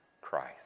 Christ